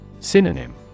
Synonym